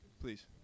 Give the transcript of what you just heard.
Please